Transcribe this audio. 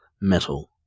Metal